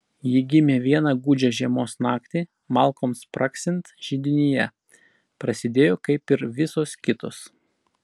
ji gimė vieną gūdžią žiemos naktį malkoms spragsint židinyje prasidėjo kaip ir visos kitos